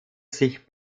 sich